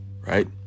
right